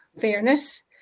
fairness